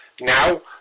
Now